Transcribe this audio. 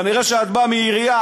כנראה את באה מעירייה.